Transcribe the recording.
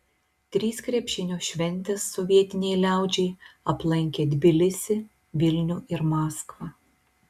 trys krepšinio šventės sovietinei liaudžiai aplankė tbilisį vilnių ir maskvą